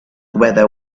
whether